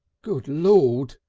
good lord!